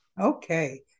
Okay